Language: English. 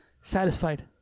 Satisfied